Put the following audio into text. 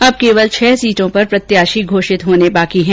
अब सिर्फ छह सीटों पर प्रत्याशी घोषित होना बाकी है